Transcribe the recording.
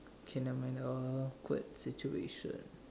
okay never mind uh awkward situation